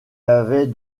avait